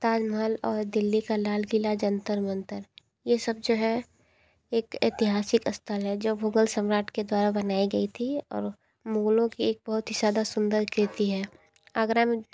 ताजमहल और दिल्ली का लाल किला जंतर मंतर ये सब जो है एक ऐतिहासिक स्थल है जो भूगोल सम्राट के द्वारा बनाई गई थी और मुगलों की एक बहुत ही ज़्यादा सुंदर कृति है आगरा में